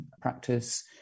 practice